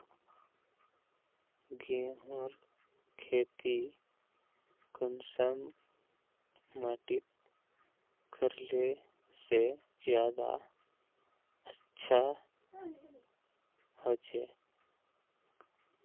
गेहूँर खेती कुंसम माटित करले से ज्यादा अच्छा हाचे?